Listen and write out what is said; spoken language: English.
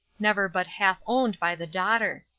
never but half owned by the daughter.